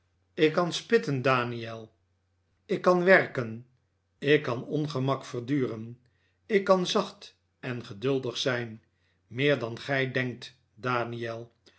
ik kan spitten daniel ik kan werken ik kan ongemak verduren ik kan zacht en geduldig zijn meer dan gij denkt daniel